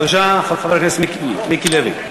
בבקשה, חבר הכנסת מיקי לוי.